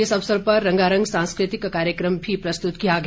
इस अवसर पर रंगारंग सांस्कृतिक कार्यक्रम भी प्रस्तुत किया गया